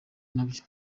n’ibyo